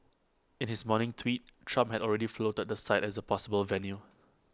in his morning tweet Trump had already floated the site as A possible venue